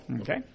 Okay